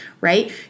right